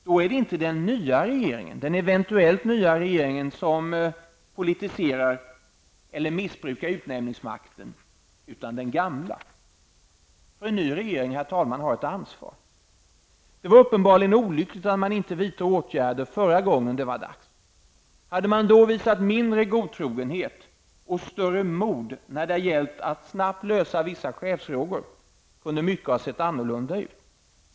Det är då inte den eventuellt nya regeringen som politiserar eller missbrukar utnämningsmakten utan den gamla, för en ny regering har ett ansvar. Det var uppenbarligen olyckligt att man inte vidtog åtgärder förra gången det var dags. Hade man då visat mindre godtrogenhet och större mod när det gällt att snabbt lösa vissa chefsfrågor, kunde mycket ha sett annorlunda ut.